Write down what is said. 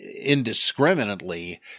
indiscriminately